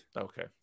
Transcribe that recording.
Okay